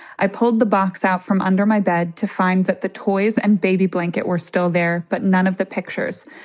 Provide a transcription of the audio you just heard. i pulled the box out from under my bed to find that the toys and baby blanket were still there. but none of the pictures.